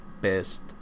best